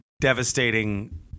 devastating